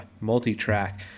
multi-track